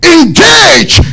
Engage